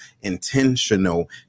intentional